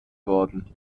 worden